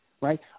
right